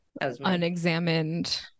unexamined